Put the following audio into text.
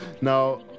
Now